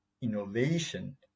innovation